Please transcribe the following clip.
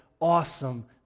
awesome